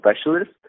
specialist